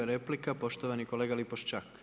2 replika, poštovani kolega Lipošćak.